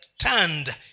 turned